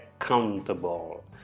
accountable